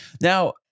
Now